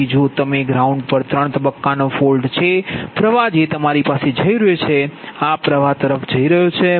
તેથી જો તે ગ્રાઉંડ પર ત્રણ તબક્કાનો ફોલ્ટ છે પ્ર્વાહ જે તમારી પાસે જઈ રહ્યો છે આ પ્ર્વાહ આ તરફ જઈ રહ્યો છે બરાબર